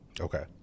Okay